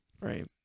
Right